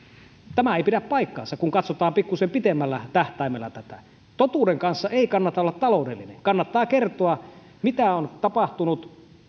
tämä ei pidä paikkaansa kun katsotaan pikkuisen pitemmällä tähtäimellä tätä totuuden kanssa ei kannata olla taloudellinen kannattaa kertoa mitä on tapahtunut